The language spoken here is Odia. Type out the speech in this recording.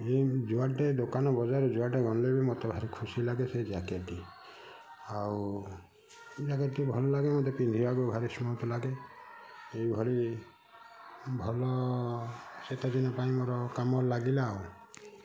ଯେ ଯୁଆଡ଼େ ଦୋକାନ ବଜାର ଯୁଆଡ଼େ ଗଲେ ମୋତେ ଭାରି ଖୁସି ଲାଗେ ସେ ଜ୍ୟାକେଟ୍ଟି ଆଉ ସେ ଜ୍ୟାକେଟ୍ଟି ଭଲ ଲାଗେ ମୋତେ ପିନ୍ଧିବାକୁ ଭାରି ସ୍ମୁଥ୍ ଲାଗେ ଏଇଭଳି ଭଲ ଶୀତଦିନ ପାଇଁ ମୋର କାମରେ ଲାଗିଲା ଆଉ